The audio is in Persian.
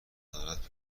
دارد